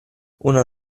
una